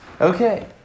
Okay